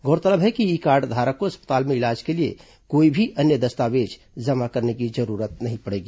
गौरतलब है कि ई कार्ड धारक को अस्पताल में इलाज के लिए कोई भी अन्य दस्तावेज जमा करने की जरूरत नहीं पड़ेगी